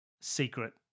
secret